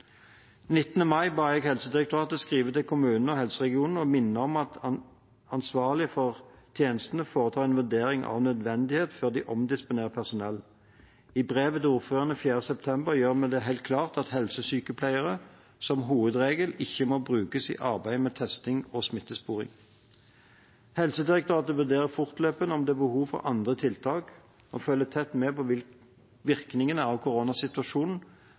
mai ba jeg Helsedirektoratet skrive til kommuner og helseregioner og minne om at ansvarlig for tjenestene foretar en vurdering av nødvendighet før de omdisponerer personell. I brevet til ordførerne 4. september gjør vi det helt klart at helsesykepleiere som hovedregel ikke må brukes i arbeidet med testing og smittesporing. Helsedirektoratet vurderer fortløpende om det er behov for andre tiltak, og følger tett med på hvilke virkninger koronasituasjonen